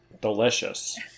Delicious